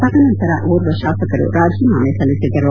ತದ ನಂತರ ಓರ್ವ ಶಾಸಕರು ರಾಜೀನಾಮೆ ಸಲ್ಲಿಸಿದ್ದರು